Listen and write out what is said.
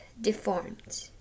deformed